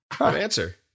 answer